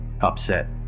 Upset